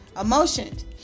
emotions